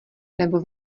nebo